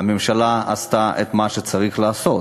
הממשלה עשתה את מה שצריך לעשות.